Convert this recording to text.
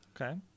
Okay